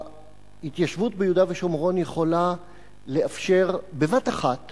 ההתיישבות ביהודה ושומרון יכולה לאפשר בבת אחת